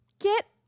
Get